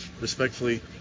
respectfully